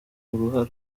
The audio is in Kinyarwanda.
uruhara